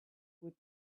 would